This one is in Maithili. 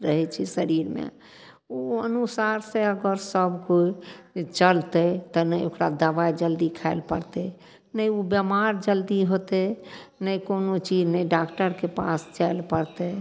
रहय छै शरीरमे ओइ अनुसारसँ अगर सब कोइ जे चलतइ तऽ ने ओकरा दबाइ जल्दी खाइ लए पड़तइ ने उ बीमार जल्दी होतय ने कोनो चीज ने डाक्टरके पास जाइ लए पड़तइ